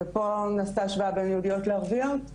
ופה נעשתה השוואה בין יהודיות לערביות,